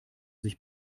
sich